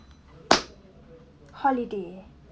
holiday